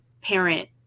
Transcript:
parent